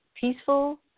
peaceful